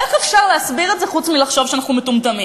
איך אפשר להסביר את זה חוץ מלחשוב שאנחנו מטומטמים?